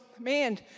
man